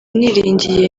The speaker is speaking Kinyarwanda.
niringiye